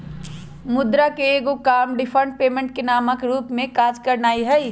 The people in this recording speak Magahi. मुद्रा के एगो काम डिफर्ड पेमेंट के मानक के रूप में काज करनाइ हइ